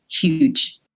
huge